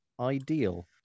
ideal